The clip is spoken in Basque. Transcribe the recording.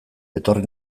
etorri